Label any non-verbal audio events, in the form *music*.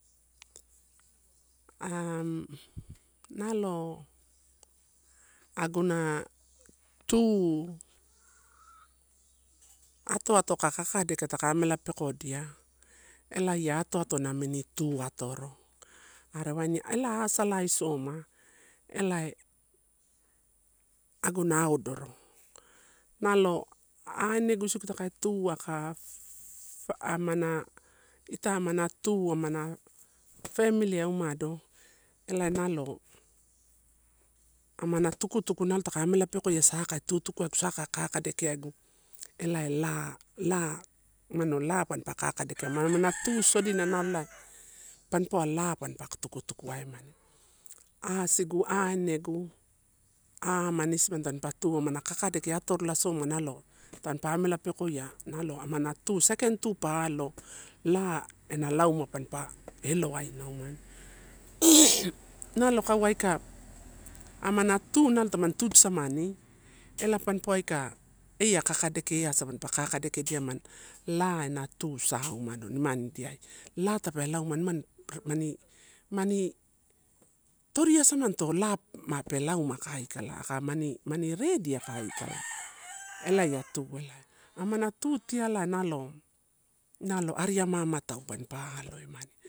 Am nalo aguna tu atoato aka kakadeke taka amela pekodia, elai ato ato na mini tu atoro. Are waini ela asalai soma ela e aguna aodoro. Nalo ainegu isigu aka fa, amana, ita amana tu, amana famili ai umado elae nalo amana tukutuku nalo takae amela pekoia sakai tutukua egu, sa ka kakadekia egu ela lala umano la pampa kakadekia, *noise* amana tu sodina nalo ela pampaua la pampa tukutuku a emani, asigu, anegu, aamani isimani tamanipa tu amana kakadeke ia atoro lasoma nalo tamanipa amela pekoia nalo amana tu saikaini tu pa alo la ena lauma painpa elowaina umano *noise* nalo kaiua aika amana tu nalo tamani tutusamani ela panipauwa ika eia kakadeke easa mampa kakadekedia emani la ena tu saumano nimandiai. La tape lauma mimani mani, mani toriasamanito la ma pe lauma aka aikala aka mani redi aka aikala *noise* elai ia tu elae. Amana tu tialae nalo, nalo ari ama ama tau pam aloemani.